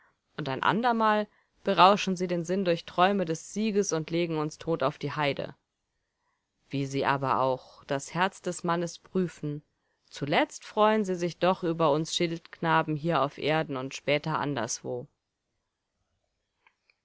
und ein andermal berauschen sie den sinn durch träume des sieges und legen uns tot auf die heide wie sie aber auch das herz des mannes prüfen zuletzt freuen sie sich doch über uns schildknaben hier auf erden und später anderswo